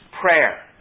prayer